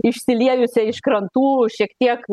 išsiliejusią iš krantų šiek tiek